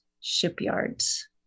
shipyards